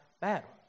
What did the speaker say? battle